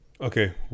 okay